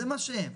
זה מה שהם.